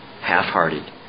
half-hearted